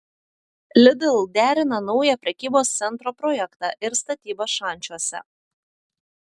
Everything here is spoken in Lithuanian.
lidl derina naują prekybos centro projektą ir statybas šančiuose